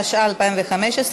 התשע"ו 2015,